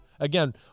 Again